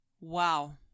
Wow